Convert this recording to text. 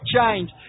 change